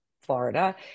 Florida